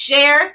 share